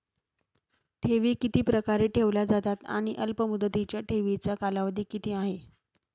ठेवी किती प्रकारे ठेवल्या जातात आणि अल्पमुदतीच्या ठेवीचा कालावधी किती आहे?